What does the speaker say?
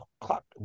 Clock